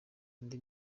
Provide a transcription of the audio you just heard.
indi